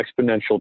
Exponential